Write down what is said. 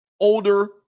older